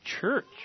church